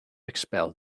expel